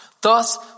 Thus